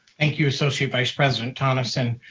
thank you associate vice president tonneson.